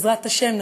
בעזרת השם,